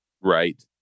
Right